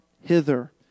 hither